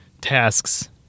tasks